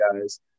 guys